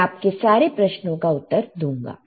मैं आपके सारे प्रश्नों का उत्तर दूंगा